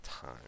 time